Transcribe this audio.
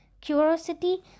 Curiosity